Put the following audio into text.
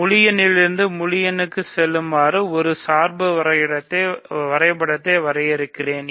முழு எண்ணிலிருந்து முழு எண்ணுக்கு செல்லுமாறு ஒரு சார்பு வரைபடத்தை வரையறுக்கிறேன்